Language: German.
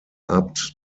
abt